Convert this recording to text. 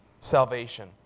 salvation